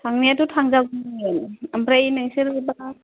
थांनायाथ' थांजागौमोन आमफ्राय नोंसोर बा